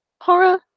horror